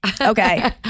Okay